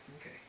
Okay